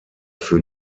für